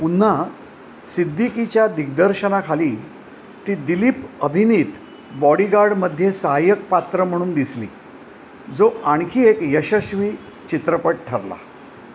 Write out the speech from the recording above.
पुन्हा सिद्दीकीच्या दिग्दर्शनाखाली ती दिलीप अभिनीत बॉडीगार्डमध्ये सहाय्यक पात्र म्हणून दिसली जो आणखी एक यशस्वी चित्रपट ठरला